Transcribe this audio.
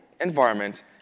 environment